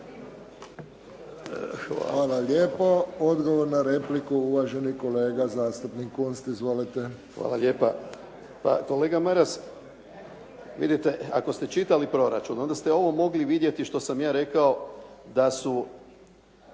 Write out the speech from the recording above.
Hvala lijepo. Odgovor na repliku, uvaženi kolega zastupnik Kunst. Izvolite. **Kunst, Boris (HDZ)** Hvala lijepa. Pa kolega Maras vidite ako ste čitali proračun onda ste ovo mogli vidjeti što sam ja rekao da su